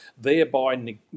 thereby